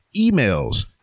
emails